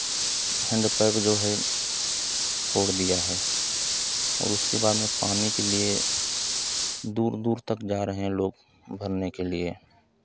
handpipe जो है छोड़ दिया है और उसके बाद में पानी के लिए दूर दूर तक जा रहे हैं लोग भरने के लिए